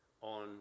on